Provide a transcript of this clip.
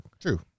true